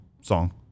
song